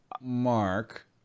Mark